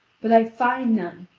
but i find none,